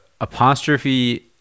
apostrophe